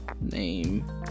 name